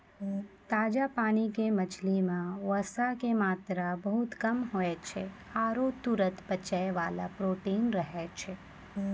ताजा पानी के मछली मॅ वसा के मात्रा बहुत कम होय छै आरो तुरत पचै वाला प्रोटीन रहै छै